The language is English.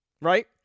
right